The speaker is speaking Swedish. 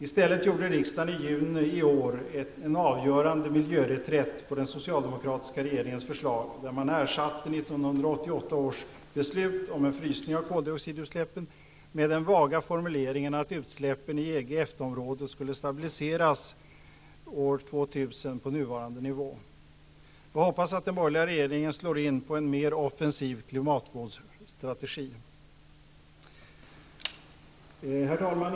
I stället gjorde riksdagen i juni i år en avgörande miljöreträtt på den socialdemokratiska regeringens förslag, när man ersatte 1988 års beslut om en frysning av koldioxidutsläppen med den vaga formuleringen att utsläppen i EG--EFTA-området år 2000 skall stabiliseras på nuvarande nivå. Jag hoppas att den borgerliga regeringen slår in på en mer offensiv klimatvårdsstrategi. Herr talman!